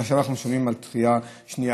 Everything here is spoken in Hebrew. ועכשיו אנחנו שומעים על דחייה שנייה.